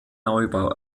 neubau